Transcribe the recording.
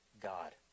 God